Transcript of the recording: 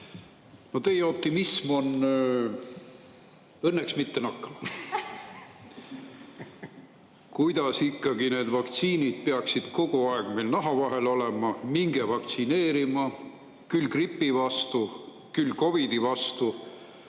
Teie optimism on õnneks mittenakkav. Kuidas ikkagi need vaktsiinid peaksid kogu aeg meil naha vahel olema, minge vaktsineerima küll gripi vastu, küll COVID-i vastu.